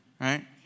Right